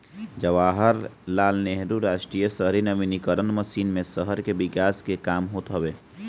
जवाहरलाल नेहरू राष्ट्रीय शहरी नवीनीकरण मिशन मे शहर के विकास कअ काम होत हवे